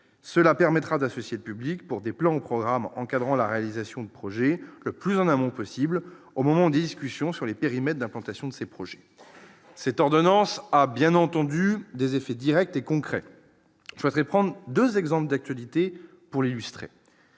cela permettra d'associer le public pour des plans programmes encadrant la réalisation de projets le plus en amont possible au moment discussion sur les périmètres d'implantation de ces projets, c'est ordonnance a bien entendu des effets Directs et concrets souhaiterait prendre 2 exemples d'actualité pour illustrer